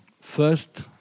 First